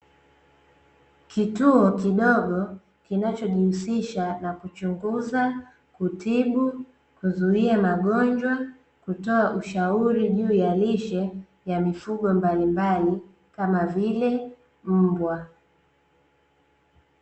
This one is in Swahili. Kituo kidogo kinachojihusisha na: kuchunguza, kutibu, kuzuia magonjwa, kutoa ushauri juu ya lishe ya mifugo mbalimbali kama vile mbwa.